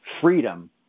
freedom